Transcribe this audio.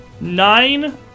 Nine